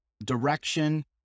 direction